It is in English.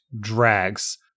drags